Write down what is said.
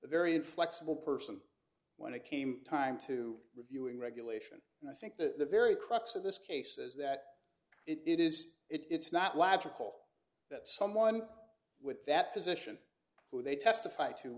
very inflexible person when it came time to reviewing regulation and i think the very crux of this case is that it is it's not logical that someone with that position who they testif